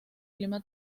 clima